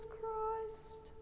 Christ